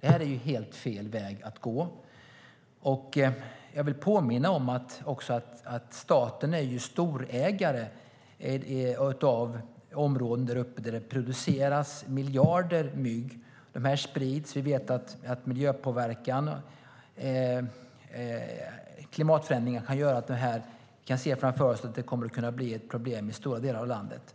Det här är helt fel väg att gå. Jag vill påminna om att staten är storägare till områden däruppe, där det produceras miljarder mygg. De sprids. Vi kan se framför oss att klimatförändringarna kan leda till att det blir ett problem i stora delar av landet.